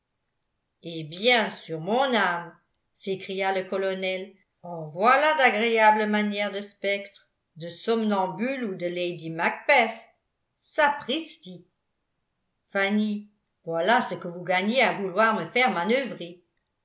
eh bien sur mon âme s'écria le colonel en voilà d'agréables manières de spectre de somnambule ou de lady macbeth sapristi fanny voilà ce que vous gagnez à vouloir me faire manœuvrer